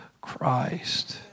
Christ